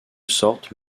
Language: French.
sorte